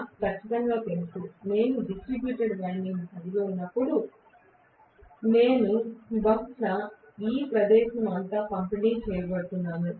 నాకు ఖచ్చితంగా తెలుసు నేను డిస్ట్రిబ్యూటెడ్ వైండింగ్ కలిగి ఉన్నప్పుడు నేను బహుశా ఈ ప్రదేశం అంతా పంపిణీ చేయబోతున్నాను